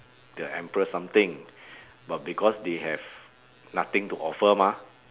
the emperor something but because they have nothing to offer mah